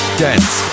dance